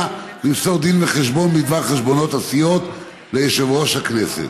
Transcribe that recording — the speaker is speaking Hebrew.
למסור דין וחשבון בדבר חשבונות הסיעות ליושב-ראש הכנסת,